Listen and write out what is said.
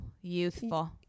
youthful